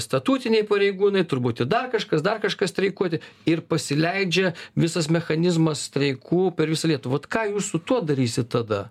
statutiniai pareigūnai turbūt ir dar kažkas dar kažkas streikuoti ir pasileidžia visas mechanizmas streikų per visą lietuvą vat ką jūs su tuo darysit tada